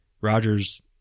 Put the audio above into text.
Roger's